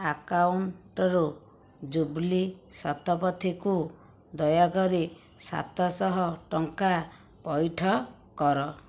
ଆକାଉଣ୍ଟରୁ ଜୁବଲି ଶତପଥୀକୁ ଦୟାକରି ସାତ ଶହ ଟଙ୍କା ପଇଠ କର